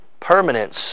Permanence